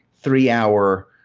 three-hour